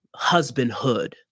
husbandhood